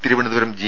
Thiruvananthapuram G